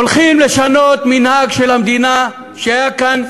הולכים לשנות מנהג של המדינה, שהיה כאן